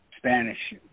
Spanish